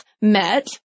met